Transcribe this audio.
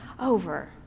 over